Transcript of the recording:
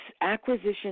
acquisition